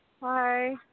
Hi